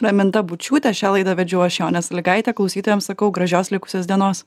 raminta bučiūte šią laidą vedžiau aš jonė sąlygaitė klausytojams sakau gražios likusios dienos